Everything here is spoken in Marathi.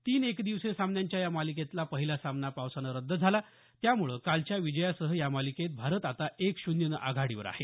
तीन एकदिवसीय सामन्यांच्या या मालिकेतला पहिला सामना पावसानं रद्द झाला त्यामुळे कालच्या विजयासह या मालिकेत भारत आता एक शून्यनं आघाडीवर आहे